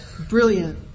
Brilliant